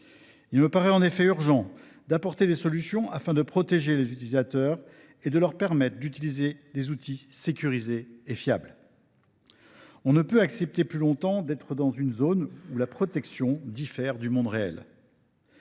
Il me paraît en effet urgent d’apporter des solutions, afin de protéger les utilisateurs et de leur permettre d’utiliser des outils sécurisés et fiables. On ne peut accepter plus longtemps de vivre dans une zone où la protection diffère du monde réel.